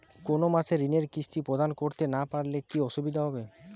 কোনো মাসে ঋণের কিস্তি প্রদান করতে না পারলে কি অসুবিধা হবে?